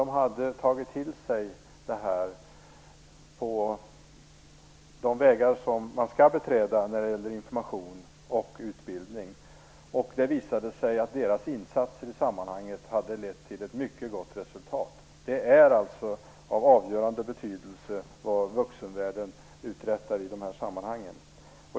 De hade tagit till sig detta på de vägar som man skall beträda när det gäller information och utbildning. Det visade sig att deras insatser i sammanhanget hade lett till ett mycket gott resultat. Det är alltså av avgörande betydelse vad vuxenvärlden uträttar i de här sammanhangen.